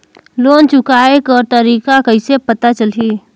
Loan चुकाय कर तारीक कइसे पता चलही?